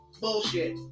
Bullshit